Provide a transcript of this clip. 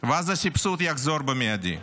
ואז הסבסוד יחזור במיידי.